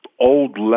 old